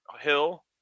hill